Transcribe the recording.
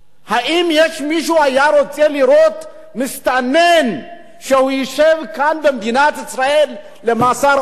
האם יש מישהו שהיה רוצה לראות מסתנן שיושב כאן במדינת ישראל במאסר עולם?